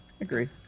Agree